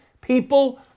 people